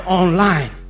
online